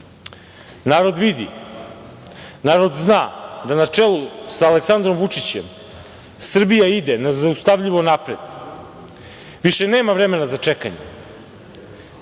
Narod vidi, narod zna da na čelu sa Aleksandrom Vučićem Srbija ide nezaustavljivo napred. Više nema vremena za čekanje.